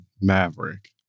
Maverick